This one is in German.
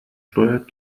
steuert